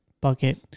bucket